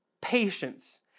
patience